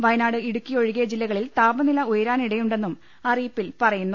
വയനാട് ഇടുക്കി ഒഴികെ ജില്ലക ളിൽ താപനില ഉയരാനിടയുണ്ടെന്നും അറിയിപ്പിൽ പറ യുന്നു